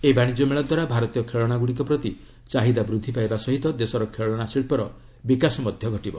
ଏହି ବାଣିଜ୍ୟମେଳା ଦ୍ୱାରା ଭାରତୀୟ ଖେଳନା ଗୁଡ଼ିକ ପ୍ରତି ଚାହିଦା ବୃଦ୍ଧି ପାଇବା ସହ ଦେଶର ଖେଳନା ଶିଳ୍ପର ବିକାଶ ଘଟିବ